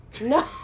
no